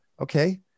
Okay